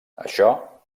això